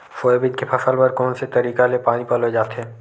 Soybean के फसल बर कोन से तरीका ले पानी पलोय जाथे?